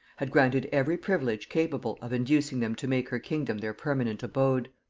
had granted every privilege capable of inducing them to make her kingdom their permanent abode.